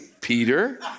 Peter